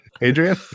Adrian